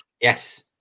yes